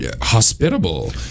hospitable